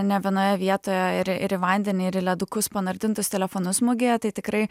ne vienoje vietoje ir ir į vandenį ir į ledukus panardintus telefonus mugėje tai tikrai